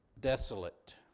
Desolate